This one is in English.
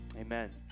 Amen